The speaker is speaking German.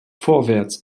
vorwärts